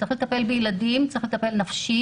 צריך לטפל בילדים, צריך לטפל נפשית.